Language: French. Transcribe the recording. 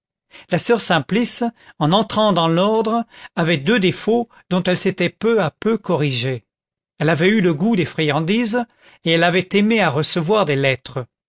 la soeur simplice en entrant dans l'ordre avait deux défauts dont elle s'était peu à peu corrigée elle avait eu le goût des friandises et elle avait aimé à recevoir des lettres